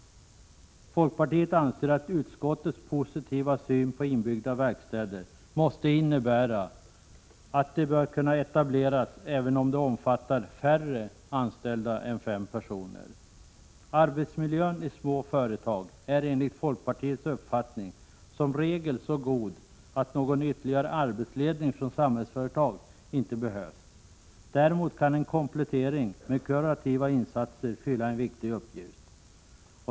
Folkpartiet anser att utskottets positiva syn på inbyggda verkstäder måste innebära att sådana bör kunna etableras även om de omfattar färre anställda än fem personer. Arbetsmiljön i små företag är enligt folkpartiets uppfattning som regel så god att någon ytterligare arbetsledning från Samhällsföretaginte behövs. Däremot kan en komplettering med kurativa insatser fylla en viktig uppgift.